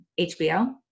HBO